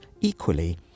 equally